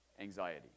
anxiety